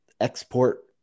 export